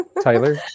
Tyler